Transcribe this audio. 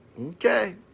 Okay